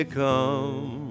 come